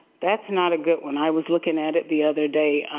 that's not goods one. i was looking at it the other day,